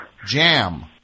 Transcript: Jam